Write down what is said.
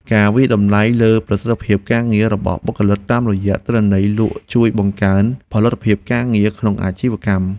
ការវាយតម្លៃលើប្រសិទ្ធភាពការងាររបស់បុគ្គលិកតាមរយៈទិន្នន័យលក់ជួយបង្កើនផលិតភាពការងារក្នុងអាជីវកម្ម។